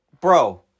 bro